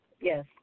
Yes